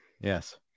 Yes